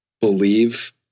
believe